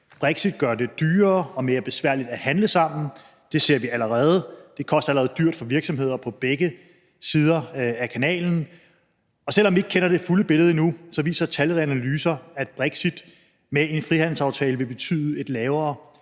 Brexit gør det dyrere og mere besværligt at handle sammen, det ser vi allerede. Det koster allerede dyrt for virksomheder på begge sider af kanalen, og selv om vi ikke kender det fulde billede endnu, viser tal og analyser, at brexit med en frihandelsaftale vil betyde en lavere